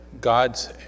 God's